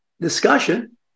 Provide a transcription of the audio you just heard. discussion